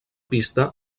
pista